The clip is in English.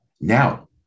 now